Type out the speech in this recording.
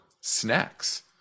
snacks